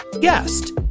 guest